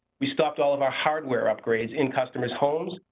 we stopped all of our hardware updates in customer homes,